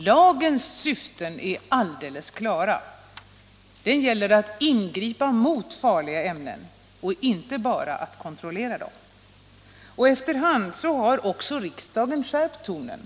Lagens syften är alldeles klara — att ingripa mot farliga ämnen, ej enbart att kontrollera dem. Efter hand har också riksdagen skärpt tonen.